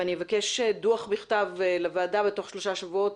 ואני אבקש דוח בכתב לוועדה בתוך שלושה שבועות,